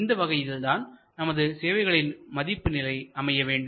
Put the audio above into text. இந்த வகையில்தான் நமது சேவைகளின் மதிப்பு நிலை அமைய வேண்டும்